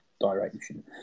direction